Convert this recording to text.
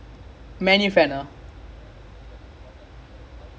err it's like what's up people one person says something